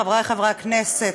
חברי חברי הכנסת,